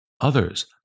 Others